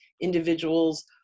individuals